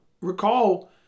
Recall